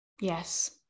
Yes